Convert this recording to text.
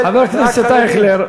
חבר הכנסת אייכלר,